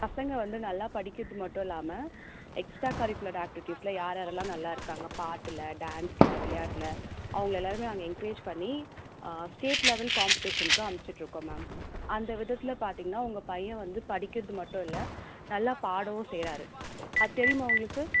பசங்கள் வந்து நல்லா படிக்கிறது மட்டும் இல்லாமல் எக்ஸ்ட்ரா கரிக்குலர் ஆக்ட்டிவிட்டிஸில் யார் யாரெல்லாம் நல்லா இருக்காங்க பாட்டில் டான்ஸில் விளையாட்டில் அவங்கள எல்லோரையுமே நாங்கள் என்கரேஜ் பண்ணி ஸ்டேட் லெவல் காம்படீஷன்க்கு அனுப்ச்சுட்ருக்கோம் மேம் அந்த விதத்தில் பார்த்தீங்கன்னா உங்கள் பையன் வந்து படிக்கிறது மட்டுமில்ல நல்லா பாடவும் செய்கிறாரு அது தெரியுமா உங்களுக்கு